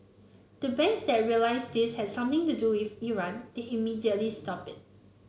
the banks that realised this has something to do if Iran they immediately stopped it